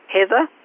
Heather